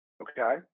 okay